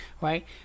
Right